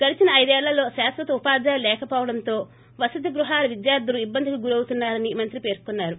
గడిచిన ఐదేళ్లలో శాశ్వత ఉపాధ్యాయులు లేకవోవడంతో వసతి గృహాల విద్యార్దులు ఇబ్బందికి గురి అవుతున్నారని మంత్రి పేర్కన్నారు